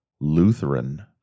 Lutheran